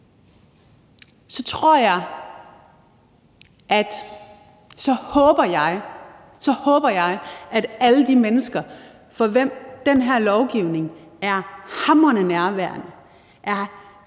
så håber jeg! – at alle de mennesker, for hvem den her lovgivning er hamrende nærværende